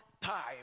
time